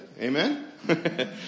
Amen